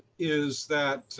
is that,